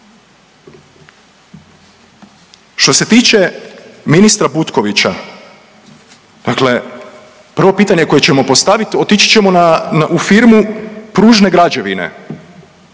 Što se tiče ministra Butkovića, dakle prvo pitanje koje ćemo postavit otići ćemo na, u firmu Pružne građevine